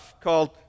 called